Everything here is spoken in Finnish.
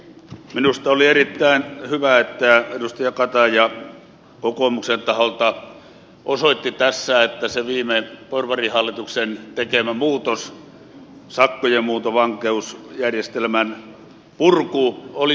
minusta oli erittäin hyvä että edustaja kataja kokoomuksen taholta osoitti tässä että se viime porvarihallituksen tekemä muutos sakkojen muuntovankeusjärjestelmän purku oli suuri virhe